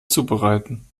zubereiten